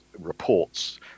reports